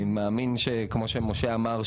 אני מאמין שכמו שמשה אמר,